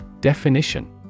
Definition